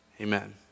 Amen